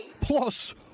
Plus